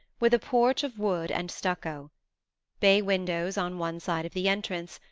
with a porch of wood and stucco bay windows on one side of the entrance,